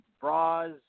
bras